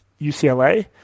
UCLA